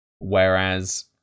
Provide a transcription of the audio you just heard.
Whereas